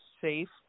safe